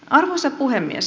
arvoisa puhemies